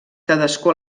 cadascú